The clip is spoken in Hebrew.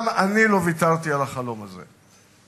גם אני לא ויתרתי על החלום הזה.